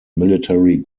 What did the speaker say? military